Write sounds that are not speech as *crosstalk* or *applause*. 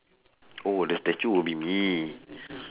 oh the statue will be me *breath*